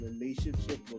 relationship